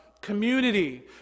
community